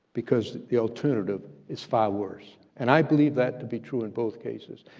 because the alternative is far worse, and i believe that to be true in both cases.